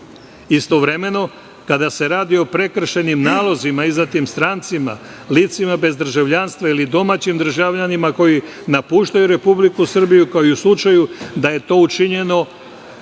odbranu. Istovremeno, kada se radi o prekršajnim nalozima izdatim strancima, licima bez državljanstva ili domaćim državljanima koji napuštaju Republiku Srbiju, kao i u slučaju da je to učinjeno